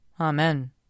Amen